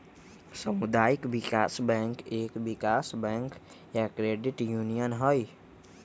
सामुदायिक विकास बैंक एक विकास बैंक या क्रेडिट यूनियन हई